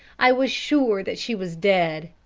i was sure that she was dead,